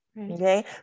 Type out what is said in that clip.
okay